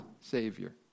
Savior